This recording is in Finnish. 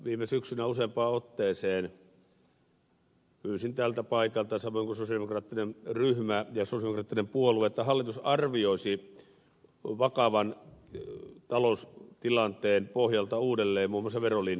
viime syksynä useampaan otteeseen pyysin tältä paikalta samoin kuin sosialidemokraattinen ryhmä ja sosialidemokraattinen puolue että hallitus arvioisi vakavan taloustilanteen pohjalta uudelleen muun muassa verolinjaansa